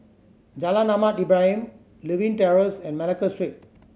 Jalan Ahmad Ibrahim Lewin Terrace and Malacca Street